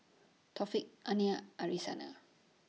Taufik Aina Arissa